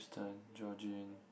Aston Jorjin